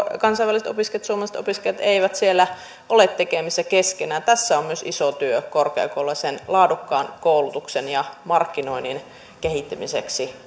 kansainväliset opiskelijat ja suomalaiset opiskelijat eivät siellä ole tekemisissä keskenään tässä on myös vielä iso ja valtava työ korkeakouluilla sen laadukkaan koulutuksen ja markkinoinnin kehittämiseksi